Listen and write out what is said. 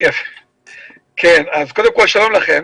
שלום לכם.